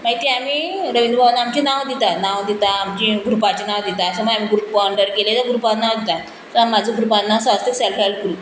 मागीर ती आमी रवींद्र भवनांत आमचें नांव दिता नांव दिता आमची ग्रुपाचें नांव दिता समज आमच्या ग्रुपा अन्डर केले जाल्यार ग्रुपान नांव दिता म्हाजो ग्रुपाचें नांव स्वस्थ सेल्फ हेल्प ग्रूप